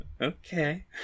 Okay